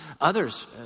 others